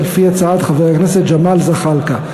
הצעת חבר הכנסת ג'מאל זחאלקה.